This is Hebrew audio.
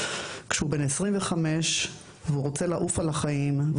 כשאדם בן 25 ורוצה ״לעוף על החיים״,